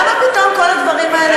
למה פתאום כל הדברים האלה,